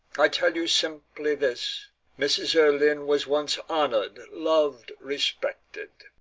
i tell you simply this mrs. erlynne was once honoured, loved, respected.